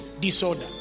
Disorder